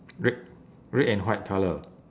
red red and white colour